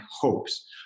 hopes